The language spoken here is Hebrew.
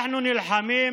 אנחנו נלחמים